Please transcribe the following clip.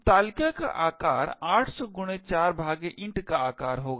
तो तालिका का आकार 800 गुणा 4 भागे int का आकार होगा